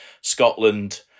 Scotland